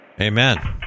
Amen